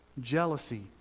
jealousy